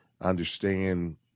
understand